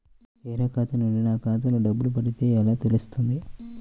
వేరే ఖాతా నుండి నా ఖాతాలో డబ్బులు పడితే ఎలా తెలుస్తుంది?